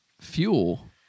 Fuel